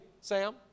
Sam